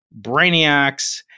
brainiacs